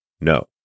No